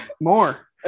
more